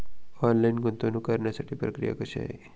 Online गुंतवणूक करण्यासाठी प्रक्रिया कशी आहे?